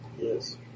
Yes